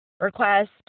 request